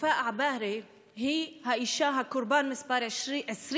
ופאא עבאהרה היא האישה הקורבן מס' 20